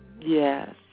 Yes